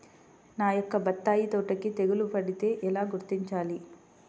నా యొక్క బత్తాయి తోటకి తెగులు పడితే ఎలా గుర్తించాలి?